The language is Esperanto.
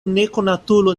nekonatulo